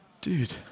Dude